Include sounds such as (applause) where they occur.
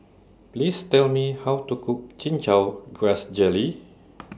Please Tell Me How to Cook Chin Chow Grass Jelly (noise)